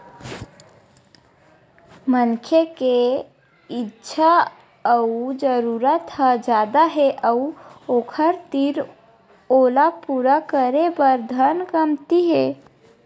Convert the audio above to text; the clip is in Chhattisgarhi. मनखे के इच्छा अउ जरूरत ह जादा हे अउ ओखर तीर ओला पूरा करे बर धन कमती हे